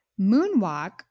moonwalk